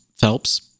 Phelps